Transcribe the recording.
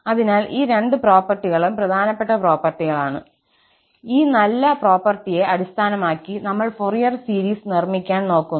അതിനാൽ ഈ രണ്ട് പ്രോപ്പർട്ടികളും പ്രധാനപ്പെട്ട പ്രോപ്പർട്ടികളാണ് ഈ നല്ല പ്രോപ്പർട്ടിയെ അടിസ്ഥാനമാക്കി നമ്മൾ ഫോറിയർ സീരീസ് നിർമ്മിക്കാൻ നോക്കുന്നു